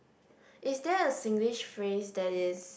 is there a Singlish phrase that is